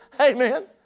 Amen